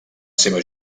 seva